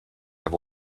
have